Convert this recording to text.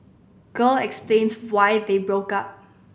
girl explains why they broke up